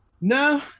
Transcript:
No